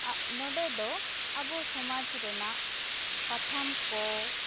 ᱱᱚᱸᱰᱮ ᱫᱚ ᱟᱵᱚ ᱥᱟᱢᱟᱡᱽ ᱨᱮᱱᱟᱜ ᱯᱟᱛᱷᱟᱢ ᱠᱚ